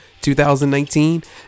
2019